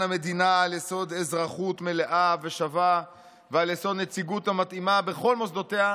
המדינה על יסוד אזרחות מלאה ושווה ועל יסוד נציגות מתאימה בכל מוסדותיה,